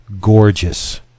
gorgeous